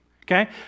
Okay